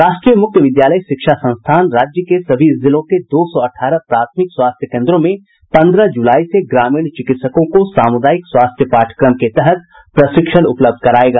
राष्ट्रीय मुक्त विद्यालयी शिक्षा संस्थान राज्य के सभी जिलों के दो सौ अठारह प्राथमिक स्वास्थ्य कोन्द्रों में पन्द्रह जुलाई से ग्रामीण चिकित्सकों को सामुदायिक स्वास्थ्य पाठ्यक्रम के तहत प्रशिक्षण उपलब्ध करायेगा